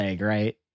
right